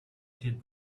did